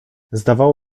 zdawało